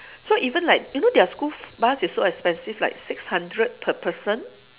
so even like you know their school bus is so expensive like six hundred per person